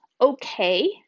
okay